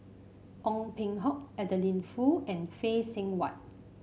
Ong Peng Hock Adeline Foo and Phay Seng Whatt